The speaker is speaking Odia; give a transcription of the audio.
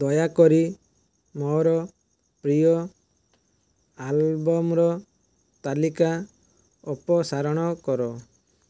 ଦୟାକରି ମୋର ପ୍ରିୟ ଆଲବମର ତାଲିକା ଅପସାରଣ କର